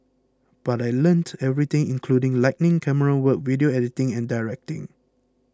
but I learnt everything including lighting camerawork video editing and directing